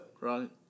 Right